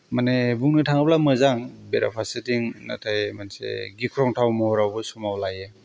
माने बुंनो थाङोब्ला मोजां बेरा फारसेथिं नाथाय मोनसे गिख्रंथाव महरावबो समाव लायो